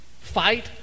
Fight